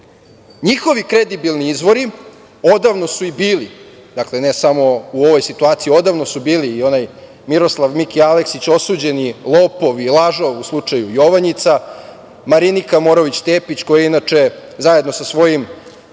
njihovi kredibilni izvori odavno su i bili, dakle, ne samo u ovoj situaciji, odavno su bili i onaj Miroslav Miki Aleksić, osuđeni lopov i lažov u slučaju Jovanjica, Marinika Morović Tepeć, koja inače zajedno sa svojim